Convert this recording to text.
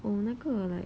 哦那个 like